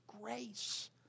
grace